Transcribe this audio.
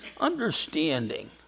understanding